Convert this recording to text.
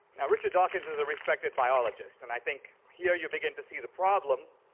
now, richard dawkins is a respected biologist, and i think here you begin to see the problem,